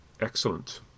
Excellent